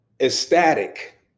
ecstatic